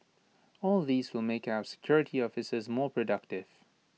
all these will make our security officers more productive